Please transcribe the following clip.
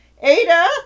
Ada